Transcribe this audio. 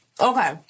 okay